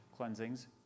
Cleansings